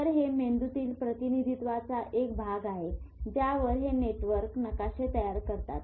तर हे मेंदूतील प्रतिनिधित्वाच एक भाग आहे ज्यावर हे नेटवर्क नकाशे तयार करतात